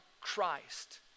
christ